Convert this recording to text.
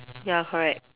ya correct